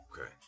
Okay